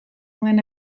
nuen